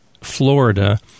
Florida